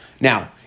Now